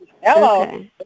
Hello